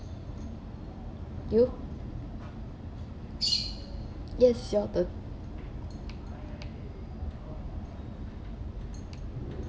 you yes your turn